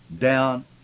down